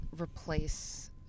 replace